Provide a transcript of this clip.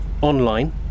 online